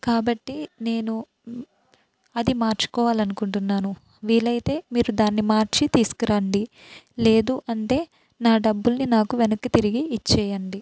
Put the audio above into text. కాబట్టి నేను అది మార్చుకోవాలి అనుకుంటున్నాను వీలైతే మీరు దాన్ని మార్చి తీసుకురండి లేదు అంటే నా డబ్బులని నాకు వెనక్కి తిరిగి ఇచ్చేయండి